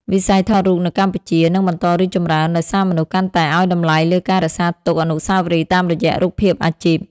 វិស័យថតរូបនៅកម្ពុជានឹងបន្តរីកចម្រើន ដោយសារមនុស្សកាន់តែឱ្យតម្លៃលើការរក្សាទុកអនុស្សាវរីយ៍តាមរយៈរូបភាពអាជីព។